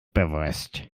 bewusst